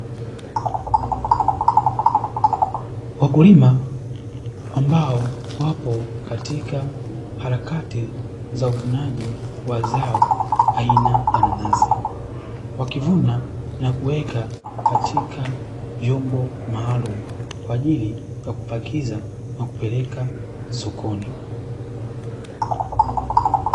Wakulima ambao wapo katika harakati za uvunaji wa zao aina ya nanasi, wakivuna na kuweka katika vyombo maalumu, kwa ajili ya kupakiza na kupeleka sokoni.